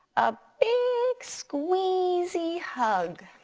a big squeezy hug.